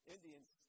Indians